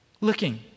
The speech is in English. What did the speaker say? looking